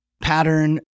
pattern